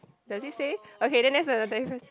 does it say okay then that's not the difference